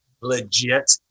legit